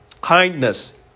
kindness